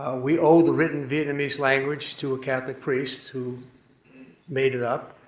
ah we owe the written vietnamese language to a catholic priest who made it up.